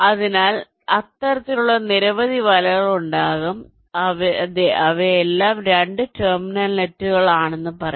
അതിനാൽ അത്തരത്തിലുള്ള നിരവധി വലകൾ ഉണ്ടാകും അതെ ഇവയെല്ലാം 2 ടെർമിനൽ നെറ്റ് ആണെന്ന് പറയാം